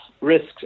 risks